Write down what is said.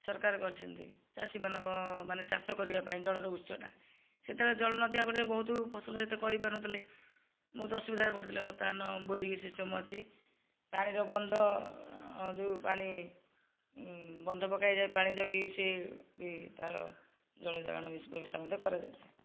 ସରକାର କରିଛନ୍ତି ଚାଷୀମାନଙ୍କ ମାନେ ଚାଷ କରିବା ପାଇଁ ଜଳର ଉତ୍ସଟା ସେତେବେଳେ ଜଳ ନଥିବା ବେଳେ ବହୁତ ଫସଲ ସେତେ କରିପାରୁନଥିଲେ ବହୁତ ଅସୁବିଧାରେ ପଡ଼ୁଥିଲେ ବର୍ତ୍ତମାନ ବୋରିଂ ସିଷ୍ଟମ ଅଛି ପାଣିର ବନ୍ଧ ଯେଉଁ ପାଣି ବନ୍ଧ ପକାଯାଇଥାଏ ପାଣି ଯାଇକି ସେ ବି ତା'ର ଜଳ ଯୋଗାଣ ବ୍ୟବସ୍ଥା ମଧ୍ୟ କରାଯାଉଛି